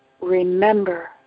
remember